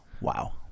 Wow